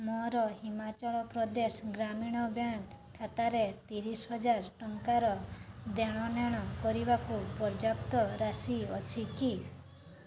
ମୋର ହିମାଚଳ ପ୍ରଦେଶ ଗ୍ରାମୀଣ ବ୍ୟାଙ୍କ୍ ଖାତାରେ ତିରିଶି ହଜାର ଟଙ୍କାର ଦେଣନେଣ କରିବାକୁ ପର୍ଯ୍ୟାପ୍ତ ରାଶି ଅଛି କି